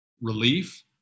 relief